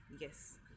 yes